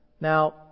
Now